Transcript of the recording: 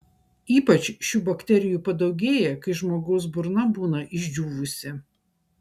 ypač šių bakterijų padaugėja kai žmogaus burna būna išdžiūvusi